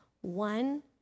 one